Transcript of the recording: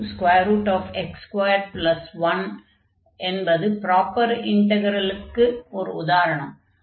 02x21dx என்பது proper இன்டக்ரலுக்கு ஓர் உதாரணம் ஆகும்